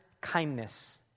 kindness